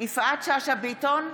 יפעת שאשא ביטון,